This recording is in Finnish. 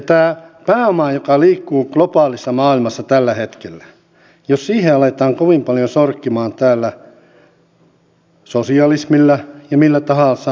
tämä pääoma joka liikkuu globaalissa maailmassa tällä hetkellä jos siihen aletaan täällä kovin paljon sorkkimaan sosialismilla ja millä tahansa se lähtee pois